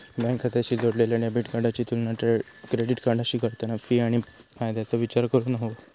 bank खात्याशी जोडलेल्या debit कार्डाची तुलना क्रेडिट कार्डाशी करताना फी आणि फायद्याचो विचार करूक हवो